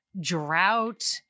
drought